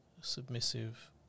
submissive